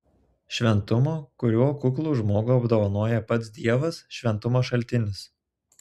šventumo kuriuo kuklų žmogų apdovanoja pats dievas šventumo šaltinis